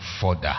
further